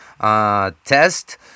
test